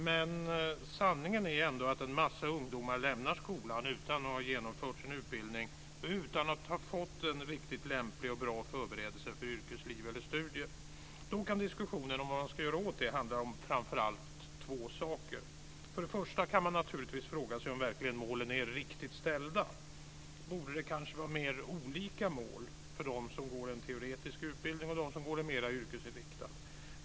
Men sanningen är att en massa ungdomar lämnar skolan utan att ha genomfört sin utbildning och utan att ha fått en riktigt lämplig och bra förberedelse för yrkesliv eller studier. Då kan diskussionen om vad man ska göra åt det framför allt handla om två saker. För det första kan man fråga sig om verkligen målen är riktigt ställda. Borde det kanske vara mer olika mål för dem som går en teoretisk utbildning och dem som går en mera yrkesinriktad utbildning?